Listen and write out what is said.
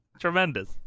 Tremendous